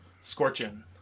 Scorching